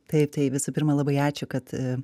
taip tai visų pirma labai ačiū kad